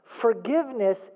Forgiveness